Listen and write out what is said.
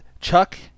Chuck